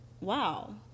wow